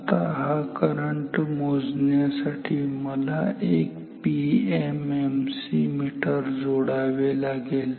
आता हा करंट मोजण्यासाठी मला एक पीएमएमसी मीटर जोडावे लागेल